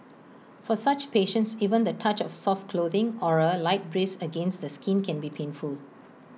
for such patients even the touch of soft clothing or A light breeze against the skin can be painful